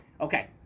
Okay